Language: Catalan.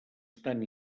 estan